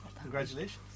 Congratulations